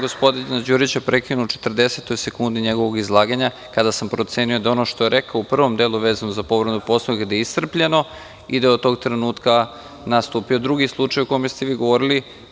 Gospodina Đurića sam prekinuo u 40-toj sekundi njegovog izlaganja, kada sam procenio da ono što je rekao u prvom delu, vezano za povredu Poslovnika, iscrpljeno i da je od tog trenutka nastupio drugi slučaj, o kome ste vi govorili.